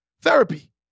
Therapy